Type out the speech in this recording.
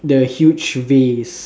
the huge vase